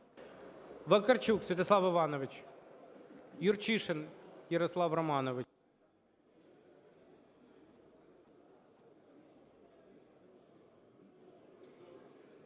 Вакарчук Святослав Іванович. Юрчишин Ярослав Романович.